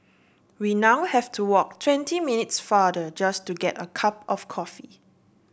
we now have to walk twenty minutes farther just to get a cup of coffee